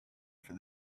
for